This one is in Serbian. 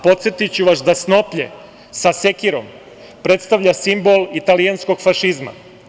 Podsetiću vas da snoplje sa sekirom predstavlja simbol italijanskog fašizma.